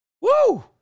Woo